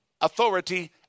Authority